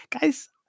guys